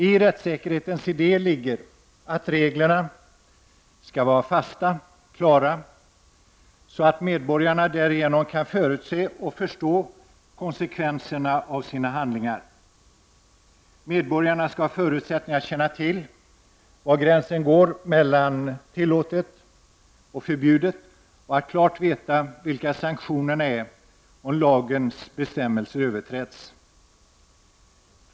I rättssäkerhetens idé ligger att reglerna skall vara fasta och klara, så att medborgarna därigenom kan förutse och förstå konsekvenserna av sina handlingar. Medborgarna skall ha förutsättningar att känna till var gränsen går mellan tillåtet och förbjudet, och man skall klart veta vilken sanktionen är om lagens bestämmelser överträds.